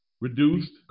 reduced